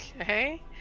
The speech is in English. Okay